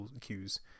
cues